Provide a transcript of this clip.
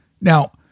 Now-